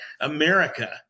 America